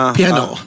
Piano